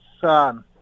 son